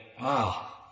wow